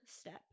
step